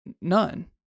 none